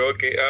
Okay